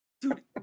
Dude